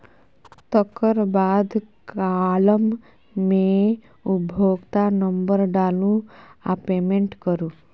तकर बाद काँलम मे उपभोक्ता नंबर डालु आ पेमेंट करु